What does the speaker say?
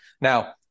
Now